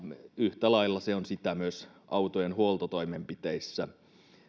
yhtä lailla se on sitä myös autojen huoltotoimenpiteissä